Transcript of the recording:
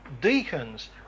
deacons